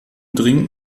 dringend